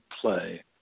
play